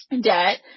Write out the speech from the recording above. debt